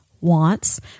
wants